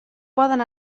poden